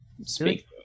speak